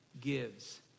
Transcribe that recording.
gives